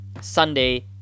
Sunday